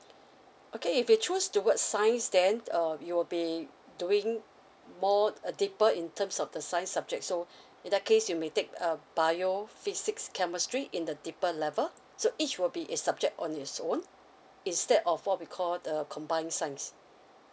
okay if you choose towards science then uh it will be doing more uh deeper in terms of the science subject so in that case you may take uh bio physics chemistry in the deeper level so each will be its subject on its own instead of what we called the combined science